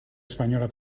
española